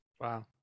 wow